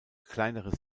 kleinere